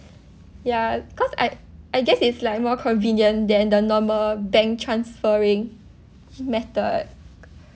ya cause I I guess it's like more convenient than the normal bank transferring method